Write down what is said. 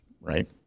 right